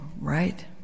right